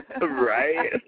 right